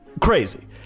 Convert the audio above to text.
Crazy